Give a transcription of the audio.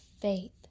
faith